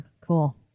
Cool